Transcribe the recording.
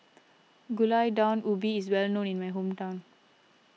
Gulai Daun Ubi is well known in my hometown